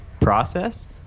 process